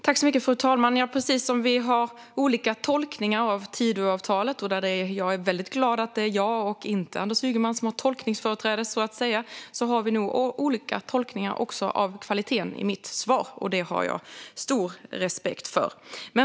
Fru talman! Precis som vi har olika tolkningar av Tidöavtalet - jag är väldigt glad att det är jag och inte Anders Ygeman som har tolkningsföreträde - har vi nog även olika tolkningar av kvaliteten i mitt svar. Det har jag stor respekt för.